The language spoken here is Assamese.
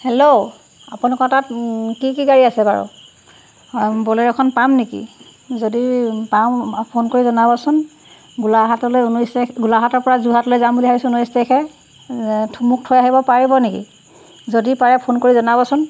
হেল্ল' আপোনালোকৰ তাত কি কি গাড়ী আছে বাৰু বোলেৰ'খন পাম নেকি যদি পাম ফোন কৰি জনাবচোন গোলাঘাটলৈ ঊনৈছ তা গোলাঘাটৰ পৰা যোৰহাটলৈ যাম বুলি ভাবিছোঁ ঊনৈছ তাৰিখে মোক থৈ আহিব পাৰিব নেকি যদি পাৰে ফোন কৰি জনাবচোন